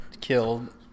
killed